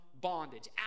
bondage